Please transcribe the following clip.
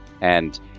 And-